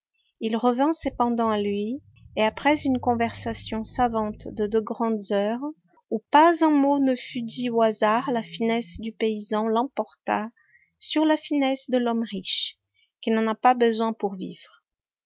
il revint cependant à lui et après une conversation savante de deux grandes heures où pas un mot ne fut dit au hasard la finesse du paysan l'emporta sur la finesse de l'homme riche qui n'en a pas besoin pour vivre